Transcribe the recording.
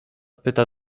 pyta